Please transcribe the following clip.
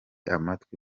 amatwi